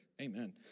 Amen